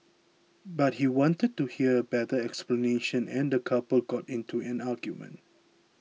but he wanted a better explanation and the couple got into an argument